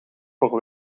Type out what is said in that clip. voor